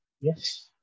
Yes